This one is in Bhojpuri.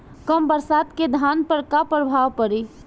कम बरसात के धान पर का प्रभाव पड़ी?